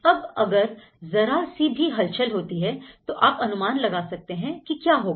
अब अगर जरा सी भी हलचल होती है तो आप अनुमान लगा सकते हैं कि क्या होगा